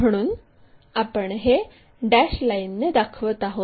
म्हणून आपण हे डॅश लाईनने दाखवत आहोत